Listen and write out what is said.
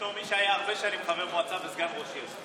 בתור מי שהיה הרבה שנים חבר מועצה וסגן ראש העיר,